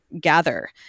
gather